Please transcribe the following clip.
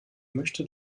möchte